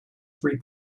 three